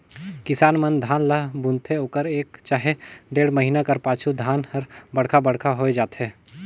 किसान मन धान ल बुनथे ओकर एक चहे डेढ़ महिना कर पाछू धान हर बड़खा बड़खा होए जाथे